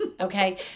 Okay